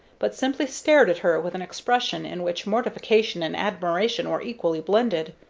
but simply stared at her with an expression in which mortification and admiration were equally blended.